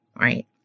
Right